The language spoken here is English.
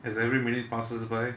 as every minute passes by